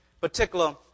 particular